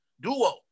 duo